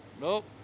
Nope